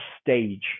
stage